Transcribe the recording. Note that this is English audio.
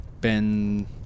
Ben